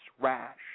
rash